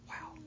Wow